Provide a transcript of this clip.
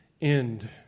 end